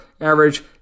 Average